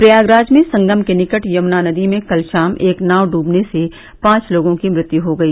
प्रयागराज में संगम के निकट यमुना नदी में कल शाम एक नाव डूबने से पांच लोगों की मृत्यु हो गई